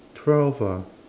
twelve ah